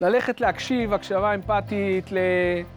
ללכת להקשיב, הקשבה אמפתית, ל...